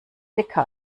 dicker